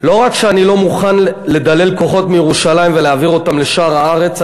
לא רק שאני לא מוכן לדלל כוחות בירושלים ולהעביר אותם לשאר הארץ,